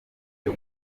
byo